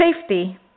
Safety